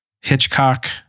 Hitchcock